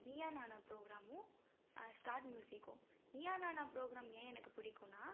நீயா Naana program start மியூசிக்கும் Neeya Naana program ஏன் எனக்கு பிடிக்குனா